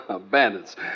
Bandits